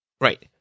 right